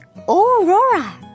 Aurora